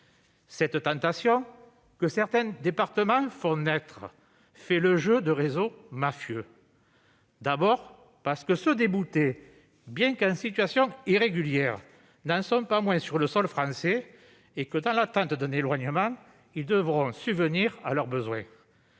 Cette tentation, que certains départements font naître, fait le jeu de réseaux mafieux. En effet, ceux qui sont déboutés, bien qu'étant en situation irrégulière, ne résident pas moins sur le sol français et devront, dans l'attente d'un éloignement, subvenir à leurs besoins.